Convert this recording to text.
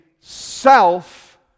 self